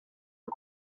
are